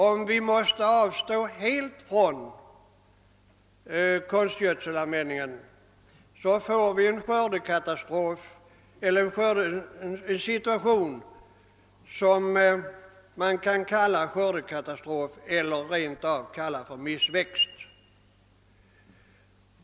Om vi måste avstå helt från konstgödselanvändning, får vi en skördesituation som rentav kan kallas skördekatastrof eller missväxt.